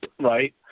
right